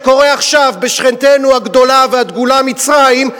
שקורה עכשיו אצל שכנתנו הגדולה והדגולה מצרים,